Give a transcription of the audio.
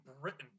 Britain